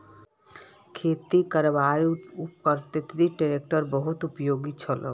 खेती करवार उपकरनत ट्रेक्टर बहुत उपयोगी छोक